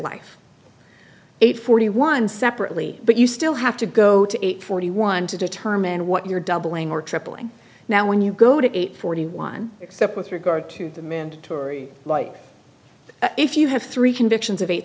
life eight forty one separately but you still have to go to eight forty one to determine what you're doubling or tripling now when you go to eight forty one except with regard to the mandatory life if you have three convictions of eight